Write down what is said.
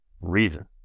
reason